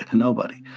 and nobody